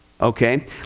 okay